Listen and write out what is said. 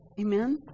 Amen